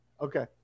Okay